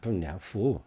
p ne fu